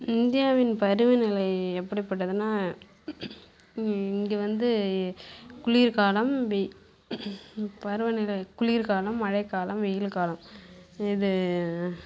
இந்தியாவின் பருவநிலை எப்படிபட்டதுனா இங்கே வந்து குளிர்காலம் பருவநிலை குளிர்காலம் மழைகாலம் வெயில்காலம் இது